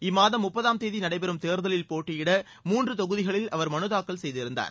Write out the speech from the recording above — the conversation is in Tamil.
இம்மாதம் முப்பதாம் தேதி நடைபெறும் தேர்தலில் போட்டியிட மூன்று தொகுதிகளில் அவர் மனுதாக்கல் செய்திருந்தார்